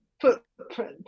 footprint